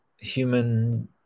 human